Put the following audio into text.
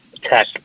tech